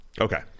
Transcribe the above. okay